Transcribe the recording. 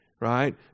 Right